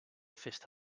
festa